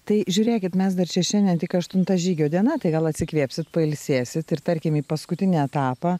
tai žiūrėkit mes dar čia šiandien tik aštuntą žygio diena tai gal atsikvėpsit pailsėsit ir tarkim į paskutinį etapą